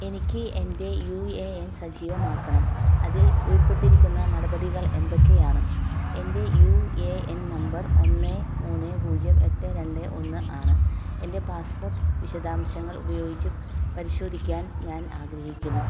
എനിക്ക് എൻ്റെ U A N സജീവമാക്കണം അതിൽ ഉൾപ്പെട്ടിരിക്കുന്ന നടപടികൾ എന്തൊക്കെയാണ് എൻ്റെ യു ഏ എൻ നമ്പർ ഒന്ന് മൂന്ന് പൂജ്യം എട്ട് രണ്ട് ഒന്ന് ആണ് എൻ്റെ പാസ്പോർട്ട് വിശദാംശങ്ങൾ ഉപയോഗിച്ച് പരിശോധിക്കാൻ ഞാൻ ആഗ്രഹിക്കുന്നു